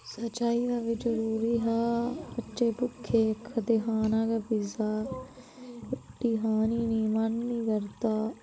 pizza चाहिदा बी जरूरी हा बच्चे भुक्खे आखा दे खाना गै पिज्जा रुट्टी खानी नी मन नी करदा